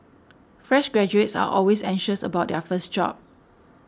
fresh graduates are always anxious about their first job